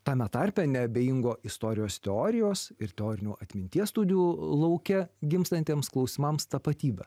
tame tarpe neabejingo istorijos teorijos ir teorinių atminties studijų lauke gimstantiems klausimams tapatybę